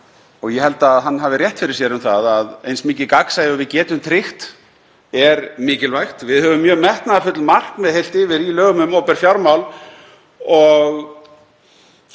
og ég held að hann hafi rétt fyrir sér um það að eins mikið gagnsæi og við getum tryggt er mikilvægt. Við höfum mjög metnaðarfull markmið heilt yfir í lögum um opinber fjármál en á